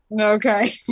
Okay